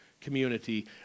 community